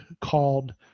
called